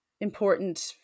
important